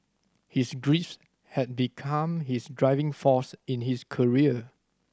his grief had become his driving force in his career